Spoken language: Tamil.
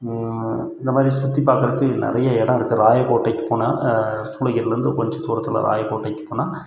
இந்த மாதிரி சுற்றி பார்க்குறதுக்கு நிறைய இடம் இருக்குது ராயக்கோட்டைக்கு போனால் சூளகிரிலிருந்து கொஞ்சம் தூரத்தில் ராயக்கோட்டைக்கு போனால்